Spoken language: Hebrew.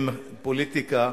עם פוליטיקה,